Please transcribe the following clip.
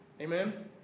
Amen